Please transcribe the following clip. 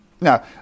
Now